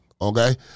Okay